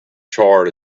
charred